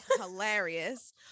hilarious